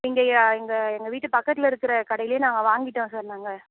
எங்கள் எங்கள் எங்கள் வீட்டு பக்கத்தில் இருக்கிற கடையில நாங்கள் வாங்கிவிட்டோம் சார் நாங்கள்